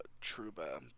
Truba